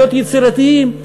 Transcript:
להיות יצירתיים.